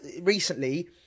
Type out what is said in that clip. recently